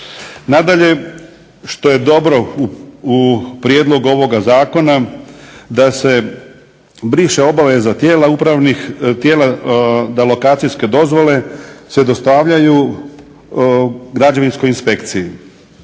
Nadalje, što je dobro u prijedlogu ovoga zakona da se briše obaveza tijela upravnih, tijela da lokacijske dozvole se dostavljaju građevinskoj inspekciji.